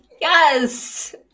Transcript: Yes